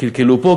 קלקלו פה,